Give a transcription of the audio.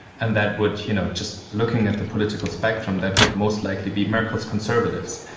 and that would, you know just looking at the political spectrum, that would most likely be merkel's conservatives.